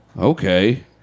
okay